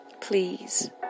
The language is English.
Please